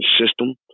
system